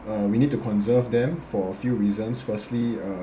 uh we need to conserve them for a few reasons firstly uh